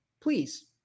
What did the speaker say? please